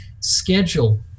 Schedule